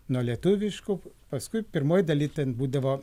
nuo lietuviškų paskui pirmoj daly ten būdavo